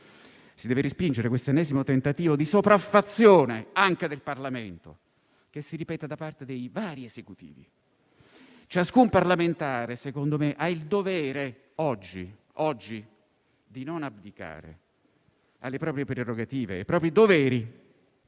Si deve respingere questo ennesimo tentativo di sopraffazione anche del Parlamento che si ripete da parte dei vari Esecutivi. Ciascun parlamentare, secondo me, ha il dovere oggi di non abdicare alle proprie prerogative, ai propri doveri